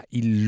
il